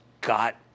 got